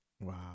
Wow